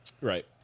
Right